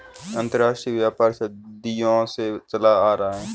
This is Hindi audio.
अंतरराष्ट्रीय व्यापार सदियों से चला आ रहा है